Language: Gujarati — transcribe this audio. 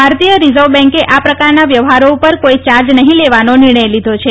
ભારતીય રિઝર્વ બેંકે આ પ્રકારના વ્યવહારો ઉપર કોઈ ચાર્જ નહીં લેવાનો નિર્ણય લીધો છે